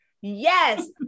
Yes